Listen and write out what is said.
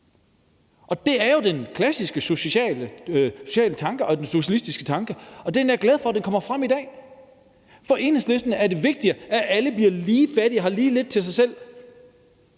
Og det er jo den klassiske sociale tanke og socialistiske tanke, og den er jeg da glad for kommer frem i dag. For Enhedslisten er det vigtigere, at alle bliver lige fattige og har lige lidt til sig selv,